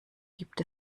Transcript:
gibt